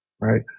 right